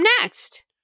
next